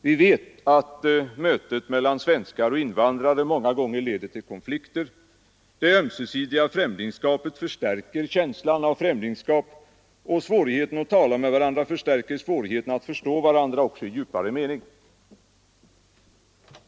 Vi vet att mötet mellan svenskar och invandrare många gånger leder till konflikter — det ömsesidiga främlingskapet förstärker känslan av främlingskap, och svårigheten att tala med varandra förstärker svårigheten att förstå varandra också i djupare mening.